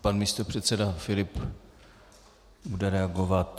Pan místopředseda Filip bude reagovat.